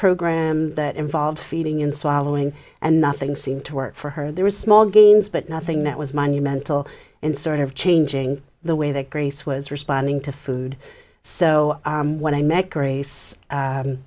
program that involved feeding in swallowing and nothing seemed to work for her there was small gains but nothing that was monumental in sort of changing the way that grace was responding to food so when i met grace